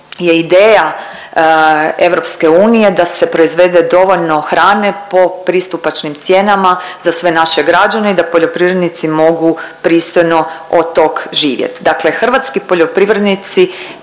je ideja EU da se proizvede dovoljno hrane po pristupačnim cijenama za sve naše građane i da poljoprivrednici mogu pristojno od tog živjet. Dakle, hrvatski poljoprivrednici